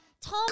Tom